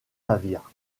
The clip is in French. navires